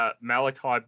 Malachi